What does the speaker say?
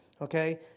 okay